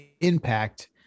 impact